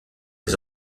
les